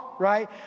right